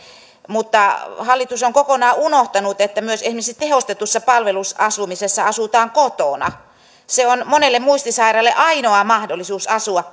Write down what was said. mutta hallitus on kokonaan unohtanut että myös esimerkiksi tehostetussa palvelusasumisessa asutaan kotona se on monelle muistisairaalle ainoa mahdollisuus asua